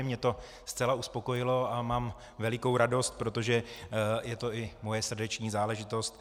Mě to zcela uspokojilo a mám velikou radost, protože je to i moje srdeční záležitost.